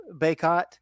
Baycott